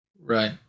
Right